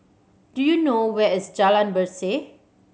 do you know where is Jalan Berseh